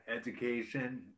Education